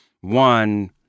one